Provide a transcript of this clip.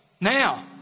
now